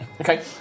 Okay